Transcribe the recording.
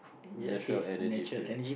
natural Energy Pills